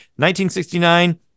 1969